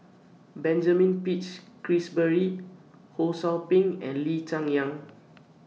Benjamin Peach Keasberry Ho SOU Ping and Lee Cheng Yan